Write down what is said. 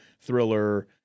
thriller